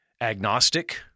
agnostic